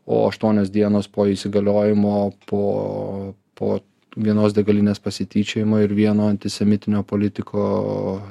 o aštuonios dienos po įsigaliojimo po po vienos degalinės pasityčiojimo ir vieno antisemitinio politiko